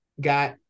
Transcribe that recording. got